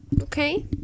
Okay